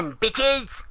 bitches